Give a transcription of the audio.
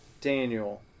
Daniel